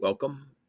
Welcome